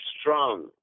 strong